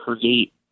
create